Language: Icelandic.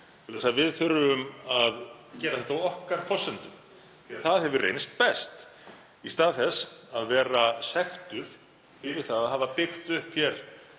ál í heimi. Við þurfum að gera þetta á okkar forsendum því að það hefur reynst best, í stað þess að vera sektuð fyrir að hafa byggt upp hér